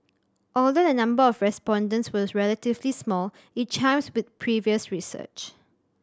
although the number of respondents was relatively small it chimes with previous research